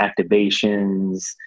activations